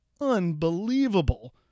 unbelievable